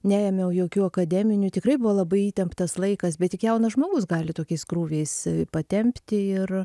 neėmiau jokių akademinių tikrai buvo labai įtemptas laikas bet tik jaunas žmogus gali tokiais krūviais patempti ir